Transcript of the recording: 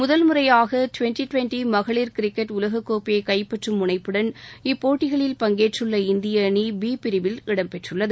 முதல் முறையாக twenty twenty இருபது ஒவர் மகளிர் கிரிக்கெட் உலகக் கோப்பையை கைப்பற்றும் முனைப்புடன் இப்போட்டிகளில் பங்கேற்றுள்ள இந்திய அனி பி பிரிவில் இடம்பெற்றுள்ளது